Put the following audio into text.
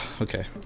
Okay